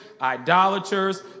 idolaters